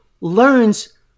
learns